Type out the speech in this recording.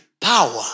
Power